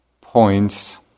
points